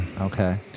okay